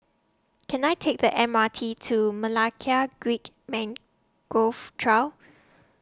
Can I Take The M R T to Creek Mangrove Trail